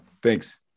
Thanks